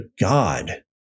God